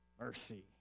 Mercy